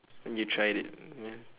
you tried it ya